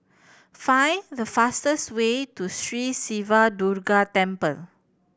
find the fastest way to Sri Siva Durga Temple